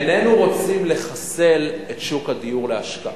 איננו רוצים לחסל את שוק הדיור להשקעה,